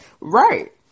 Right